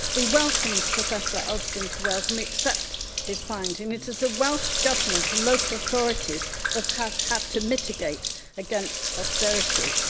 we welcomed professor alston to wales and we accept his finding. it is the welsh government and local authorities that have had to mitigate against austerity.